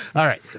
alright,